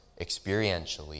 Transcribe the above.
experientially